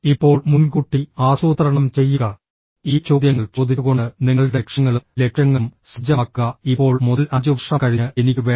ഇപ്പോൾ മുൻകൂട്ടി ആസൂത്രണം ചെയ്യുക ഈ ചോദ്യങ്ങൾ ചോദിച്ചുകൊണ്ട് നിങ്ങളുടെ ലക്ഷ്യങ്ങളും ലക്ഷ്യങ്ങളും സജ്ജമാക്കുക ഇപ്പോൾ മുതൽ 5 വർഷം കഴിഞ്ഞ് എനിക്ക് വേണം